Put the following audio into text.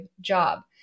job